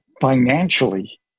financially